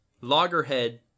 loggerhead